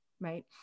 right